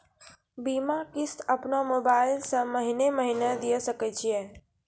बीमा किस्त अपनो मोबाइल से महीने महीने दिए सकय छियै?